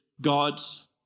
God's